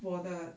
我的